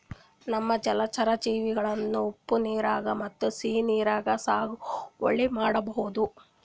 ನಾವ್ ಜಲಚರಾ ಜೀವಿಗಳನ್ನ ಉಪ್ಪ್ ನೀರಾಗ್ ಮತ್ತ್ ಸಿಹಿ ನೀರಾಗ್ ಸಾಗುವಳಿ ಮಾಡಬಹುದ್